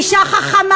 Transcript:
היא אישה חכמה,